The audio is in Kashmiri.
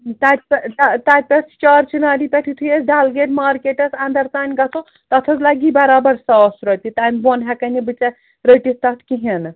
تَتہِ پٮ۪ٹھ چھِ چار چِناری پٮ۪ٹھ یُتھُے أسۍ ڈلگیٹ مارکیٹَس اَنٛدر تام گژھو تَتھ حظ لَگی برابر ساس رۄپیہِ تَمہِ بۄن ہٮ۪کَے نہٕ بہٕ ژےٚ رٔٹِتھ تَتھ کِہیٖنۍ نہٕ